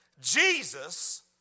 Jesus